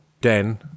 den